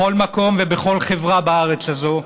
בכל מקום ובכל חברה בארץ הזאת,